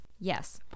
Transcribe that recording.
Yes